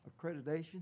accreditation